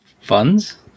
Funds